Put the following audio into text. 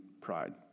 pride